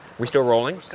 we're still rolling.